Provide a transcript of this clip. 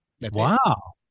Wow